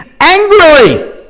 angrily